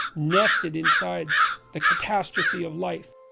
nested inside the catastrophe of life.